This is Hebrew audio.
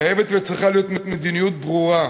חייבת וצריכה להיות מדיניות ברורה.